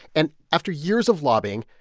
and after years of lobbying,